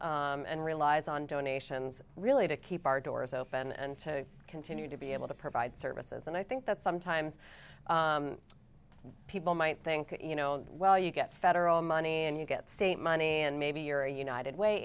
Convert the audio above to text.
contributions and relies on donations really to keep our doors open and to continue to be able to provide services and i think that sometimes people might think you know well you get federal money and you get state money and maybe you're a united way